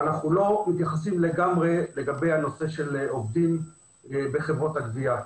ואנחנו לא מתייחסים לגמרי לנושא העובדים בחברות הגבייה.